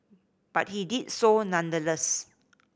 but he did so nonetheless